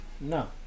No